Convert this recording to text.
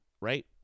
right